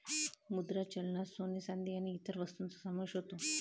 मुद्रा चलनात सोने, चांदी आणि इतर वस्तूंचा समावेश होतो